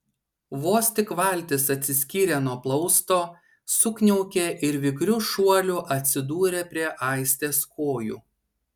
vos tik valtis atsiskyrė nuo plausto sukniaukė ir vikriu šuoliu atsidūrė prie aistės kojų